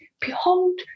behold